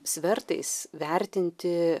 svertais vertinti